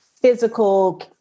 physical